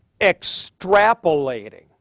extrapolating